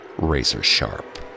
razor-sharp